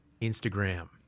Instagram